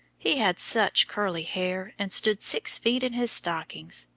he had such curly hair, and stood six feet in his stockings,